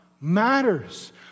matters